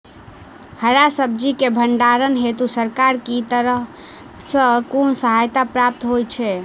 हरा सब्जी केँ भण्डारण हेतु सरकार की तरफ सँ कुन सहायता प्राप्त होइ छै?